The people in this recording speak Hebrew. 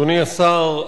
אדוני השר,